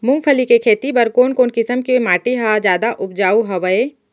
मूंगफली के खेती बर कोन कोन किसम के माटी ह जादा उपजाऊ हवये?